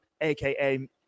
aka